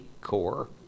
core